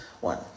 One